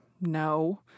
No